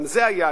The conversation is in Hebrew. גם זה היה,